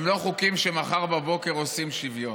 הם לא חוקים שמחר בבוקר עושים שוויון,